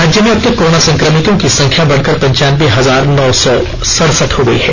राज्य में अब तक कोरोना संक्रमितो की संख्या बढ़कर पंचानबे हजार नौ सौ सड़सठ हो गई है